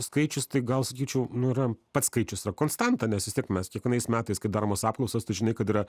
skaičius tai gal sakyčiau nu yra pas skaičius yra konstanta nes vis tiek mes kiekvienais metais kai daromos apklausos tu žinai kad yra